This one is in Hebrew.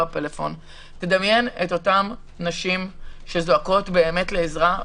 דמיין את אותן נשים שזועקות באמת לעזרה,